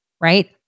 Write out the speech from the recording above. right